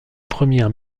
premières